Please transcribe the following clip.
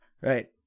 Right